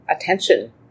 attention